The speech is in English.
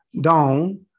down